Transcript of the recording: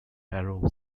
harrow